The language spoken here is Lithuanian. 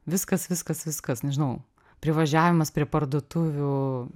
viskas viskas viskas nežinau privažiavimas prie parduotuvių